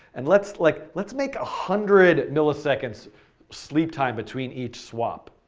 and let's like let's make a hundred milliseconds sleep time between each swap.